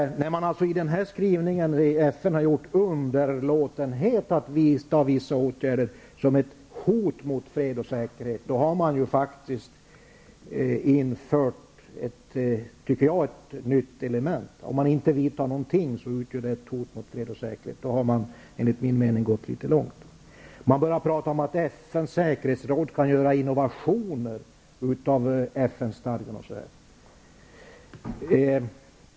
När man alltså i den här skrivningen i FN har gjort underlåtenhet att vidta vissa åtgärder till ett hot mot fred och säkerhet, då har man faktiskt infört ett nytt element, tycker jag. Om man inte har gjort någonting är det ett hot mot fred och säkerhet -- med ett sådant synsätt har man enligt min mening gått litet långt. Man börjar tala om att FN:s säkerhetsråd kan göra innovationer av FN-stadgan osv.